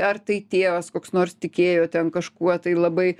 ar tai tėvas koks nors tikėjo ten kažkuo tai labai